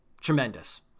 Tremendous